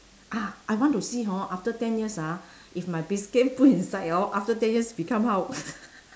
ah I want to see hor after ten years ah if my biscuit put inside hor after ten years become how